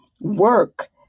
work